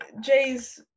Jay's